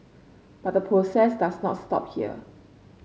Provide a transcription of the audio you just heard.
but the process does not stop here